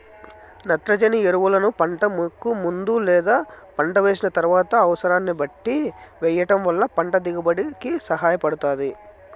నత్రజని ఎరువులను పంటకు ముందు లేదా పంట వేసిన తరువాత అనసరాన్ని బట్టి వెయ్యటం వల్ల పంట దిగుబడి కి సహాయపడుతాది